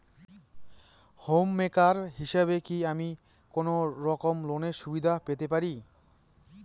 Home maker হিসেবে কি আমি কোনো রকম লোনের সুবিধা পেতে পারি?